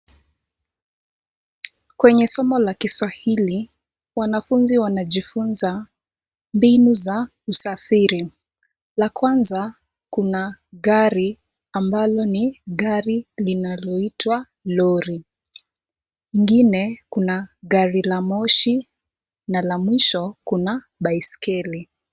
Kwenye somo la Kiswahili wanafunzi wanajifunza mbinu za usafiri. La kwanza kuna gari ambalo ni gari linaloitwa lori, ingine kuna gari la moshi na la mwisho kuna baiskeli.